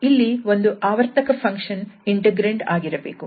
ಇಲ್ಲಿ ಒಂದು ಆವರ್ತಕ ಫಂಕ್ಷನ್ ಇಂಟೆಗ್ರಂಡ್ ಆಗಿರಬೇಕು